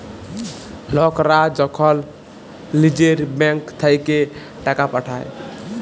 লকরা যখল লিজের ব্যাংক থ্যাইকে টাকা পাঠায়